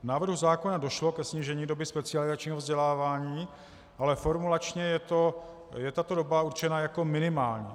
V návrhu zákona došlo ke snížení doby specializačního vzdělávání, ale formulačně je tato doba určena jako minimální.